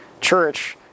church